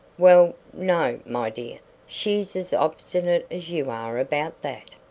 well, no, my dear she's as obstinate as you are about that.